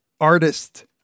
artist